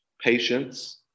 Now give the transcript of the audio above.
patience